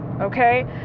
okay